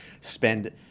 spend